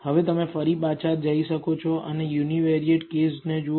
હવે તમે ફરી પાછા જઈ શકો છો અને યુનીવેરીયેટ કેસને જુઓ